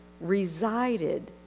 resided